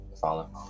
Follow